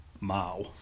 Mao